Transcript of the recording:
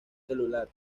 celular